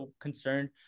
concerned